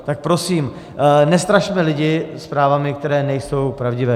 Tak prosím nestrašme lidi zprávami, které nejsou pravdivé.